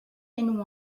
and